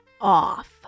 off